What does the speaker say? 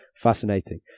fascinating